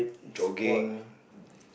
jogging